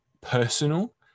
personal